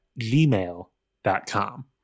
gmail.com